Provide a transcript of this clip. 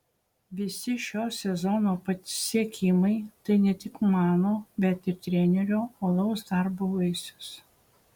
visi šio sezono pasiekimai tai ne tik mano bet ir trenerio uolaus darbo vaisius